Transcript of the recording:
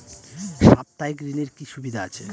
সাপ্তাহিক ঋণের কি সুবিধা আছে?